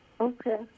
Okay